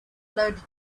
loaded